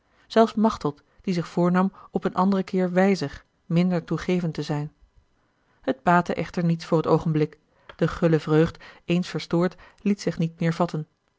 zelfs machteld die zich voornam op een anderen keer wijzer minder toegevend te zijn a l g bosboom-toussaint de delftsche wonderdokter eel et baatte echter niets voor t oogenblik de gulle vreugd eens verstoord liet zich niet meer vatten